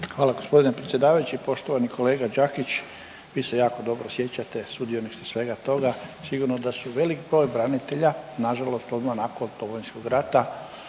Hvala gospodine predsjedavajući. Poštovani kolega Đakić, vi se jako dobro sjećate, sudionik ste svega toga. Sigurno da su velik broj branitelja na žalost odmah nakon Domovinskog rata